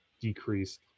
decreased